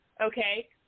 okay